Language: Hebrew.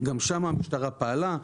גם שם המשטרה פעלה,